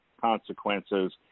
consequences